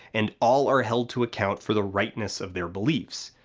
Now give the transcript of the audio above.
and all are held to account for the rightness of their beliefs.